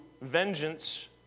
vengeance